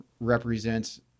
represents